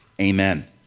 Amen